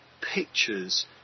pictures